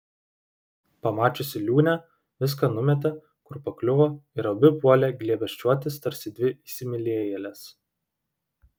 pamačiusi liūnę viską numetė kur pakliuvo ir abi puolė glėbesčiuotis tarsi dvi įsimylėjėlės